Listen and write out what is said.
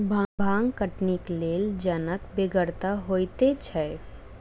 भांग कटनीक लेल जनक बेगरता होइते छै